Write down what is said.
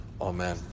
Amen